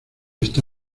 está